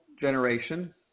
Generation